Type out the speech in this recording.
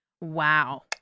Wow